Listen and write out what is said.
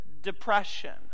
depression